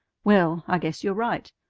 well, i guess you're right.